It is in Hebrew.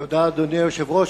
תודה, אדוני היושב-ראש.